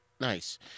nice